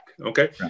okay